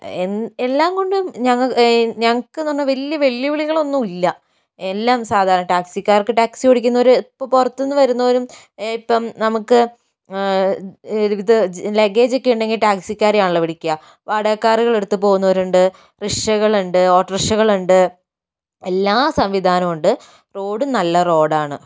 A എല്ലാംകൊണ്ടും ഞങ്ങൾക്ക് ഞങ്ങൾക്ക് വലിയ വെല്ലുവിളികളൊന്നുമില്ല എല്ലാം സാധാരണ ടാക്സിക്കാർക്ക് ടാക്സി ഓടിക്കുന്നവർ ഇപ്പോൾ പുറത്തുനിന്ന് വരുന്നോരും ഇപ്പോൾ നമുക്ക് ഒരുവിധ ലഗ്ഗേജൊക്കെ ഉണ്ടെങ്കിൽ ടാക്സിക്കാരെ ആണല്ലോ വിളിക്കുക വാടക കാറുകൾ എടുത്ത് പോകുന്നവരുണ്ട് റിക്ഷകളുണ്ട് ഓട്ടോ റിക്ഷകളുണ്ട് എല്ലാ സംവിധാനമുണ്ട് റോഡും നല്ല റോഡാണ്